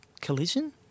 collision